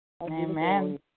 Amen